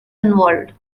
involved